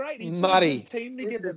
Muddy